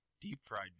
deep-fried